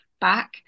back